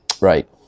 Right